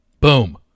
Boom